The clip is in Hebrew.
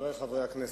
חברי חברי הכנסת,